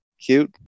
Cute